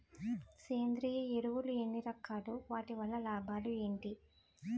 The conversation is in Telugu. సేంద్రీయ ఎరువులు ఎన్ని రకాలు? వాటి వల్ల లాభాలు ఏంటి?